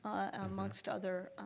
amongst other